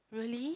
really